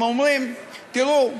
הם אומרים: תראו,